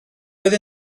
oedd